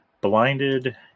blinded